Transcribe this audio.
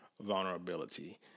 vulnerability